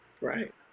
Right